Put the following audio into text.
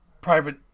private